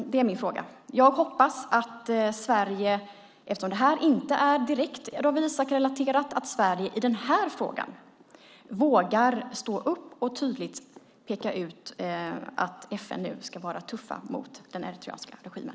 Det är min fråga. Eftersom det här inte är direkt Dawit Isaak-relaterat, hoppas jag att Sverige i den här frågan vågar stå upp och tydliggöra att FN nu ska vara tufft mot den eritreanska regimen.